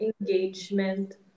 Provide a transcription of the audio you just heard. engagement